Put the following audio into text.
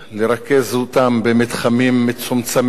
לרכז אותם במתחמים מצומצמים,